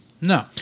No